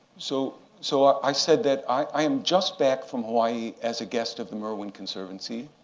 so so i i said that i am just back from hawaii as a guest of the merwin conservancy,